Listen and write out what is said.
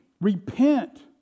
Repent